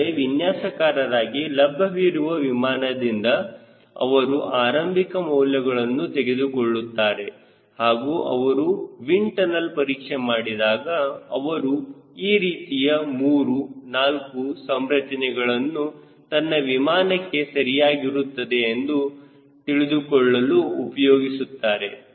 ಆದರೆ ವಿನ್ಯಾಸಕಾರರಾಗಿ ಲಭ್ಯವಿರುವ ವಿಮಾನದಿಂದ ಅವರು ಆರಂಭಿಕ ಮೌಲ್ಯಗಳನ್ನು ತೆಗೆದುಕೊಳ್ಳುತ್ತಾರೆ ಹಾಗೂ ಅವರು ವಿಂಡ್ ಟನಲ್ ಪರೀಕ್ಷೆ ಮಾಡಿದಾಗ ಅವರು ಈ ರೀತಿಯ 3 4 ಸಂರಚನೆಗಳನ್ನು ತನ್ನ ವಿಮಾನಕ್ಕೆ ಸರಿಯಾಗಿರುತ್ತದೆ ಎಂದು ತಿಳಿದುಕೊಳ್ಳಲು ಉಪಯೋಗಿಸುತ್ತಾರೆ